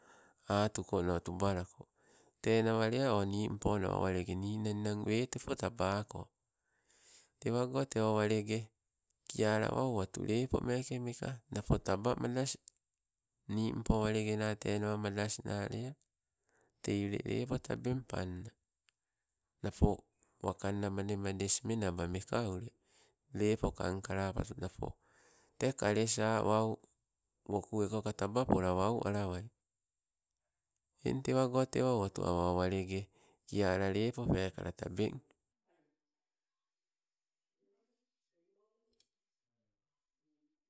Atukono tubalako, tenawale oh nimpo nawa walege nin nna ninan wetepo tabako. Tewago tee o walege kiala awa owatu lepo meke meka napo taba madas, nimpo walekena tenawa madasnalea. Tei ule lepo tabeng panna, napo wakanna mademades menaba meka ule, lepo kangkalapatu napo, tee kalesa wau woku ekoka taba pola wau alwai, eng tewa go te awa owatu awa o o walege kiala lepo pekala tabeng.